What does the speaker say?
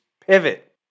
pivot